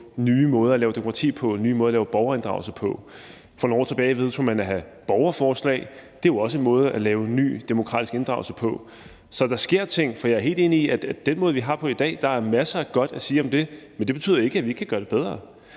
nye måder at lave demokrati på, nye måder at lave borgerinddragelse på. For nogle år tilbage vedtog man at have borgerforslag. Det er jo også en ny måde at lave demokratisk inddragelse på. Så der sker ting. For jeg er helt enig i, at den måde, vi har det på i dag, er der masser af godt at sige om, men det betyder ikke, at vi ikke kan gøre det bedre.